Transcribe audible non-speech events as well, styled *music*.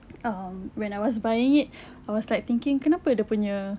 um when I was buying it *breath* I was like thinking kenapa dia punya